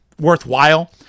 worthwhile